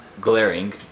glaring